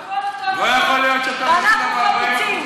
לא, הוא צודק, שום דבר חדש.